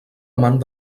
amant